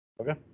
Okay